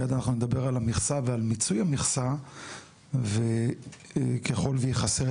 מיד אנחנו נדבר על המכסה ועל מיצוי המכסה וככול ויכסה,